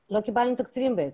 לא קיבלנו תקציבים בעצם.